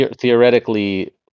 theoretically